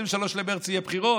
ב-23 במרץ יהיו בחירות?